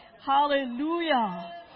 Hallelujah